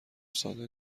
ساده